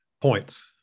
points